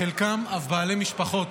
חלקם אף בעלי משפחות.